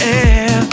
air